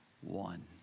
one